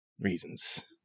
reasons